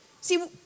See